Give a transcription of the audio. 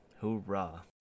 Hoorah